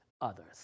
others